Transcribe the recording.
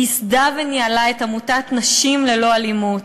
היא ייסדה וניהלה את עמותת "נשים ללא אלימות".